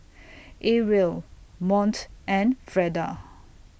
Arielle Mont and Freda